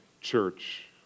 church